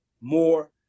more